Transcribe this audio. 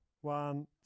One